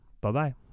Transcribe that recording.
Bye-bye